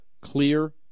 Clear